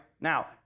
now